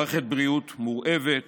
מערכת בריאות מורעבת